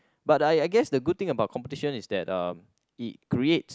but I I guess the good thing about competition is that uh it creates